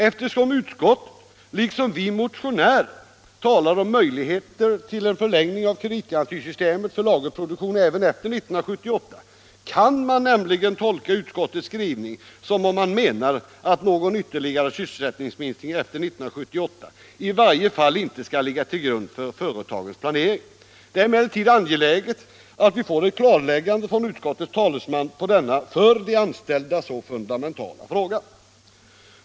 Eftersom utskottet liksom vi motionärer talar om möjligheter till en förlängning av kreditgarantisystemet för lagerproduktion även efter 1978, kan man nämligen tolka utskottets skrivning så att man menar, att någon ytterligare sysselsättning efter 1978 i varje fall inte skall ligga till grund för företagens planering. Det är emellertid angeläget att vi får ett klarläggande från utskottets talesman på denna för de anställda så fundamentala fråga.